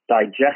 digest